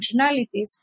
functionalities